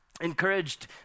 encouraged